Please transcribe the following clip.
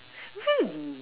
really